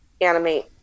animate